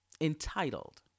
entitled